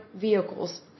vehicles